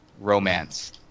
romance